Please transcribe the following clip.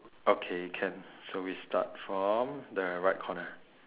okay can so we start from the right corner